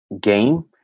game